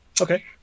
Okay